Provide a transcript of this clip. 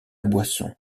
boisson